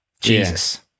Jesus